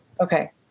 Okay